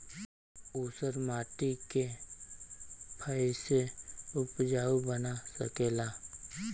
ऊसर माटी के फैसे उपजाऊ बना सकेला जा?